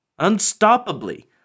unstoppably